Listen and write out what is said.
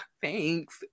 thanks